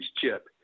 chip